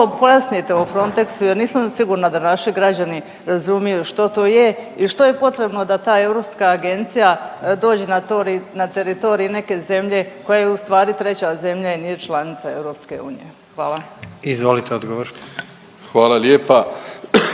pojasnite o Frontexu jer nisam sigurna da naši građani razumiju što to je i što je potrebno da ta europska agencija dođe na teritorij neke zemlje koja je ustvari treća zemlja i nije članica EU. Hvala. **Jandroković, Gordan